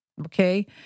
Okay